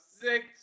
six